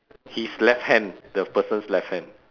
his left hand the person's left hand